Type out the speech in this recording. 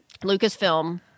Lucasfilm